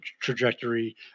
trajectory